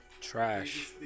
trash